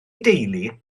deulu